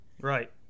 right